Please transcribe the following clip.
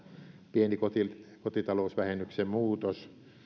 pieni kotikotitalousvähennyksen muutos